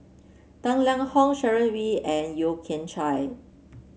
Tang Liang Hong Sharon Wee and Yeo Kian Chai